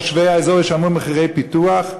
תושבי האזור ישלמו את מחירי הפיתוח?